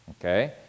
Okay